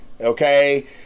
okay